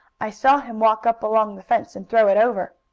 i saw him walk up along the fence, and throw it over.